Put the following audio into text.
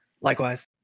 Likewise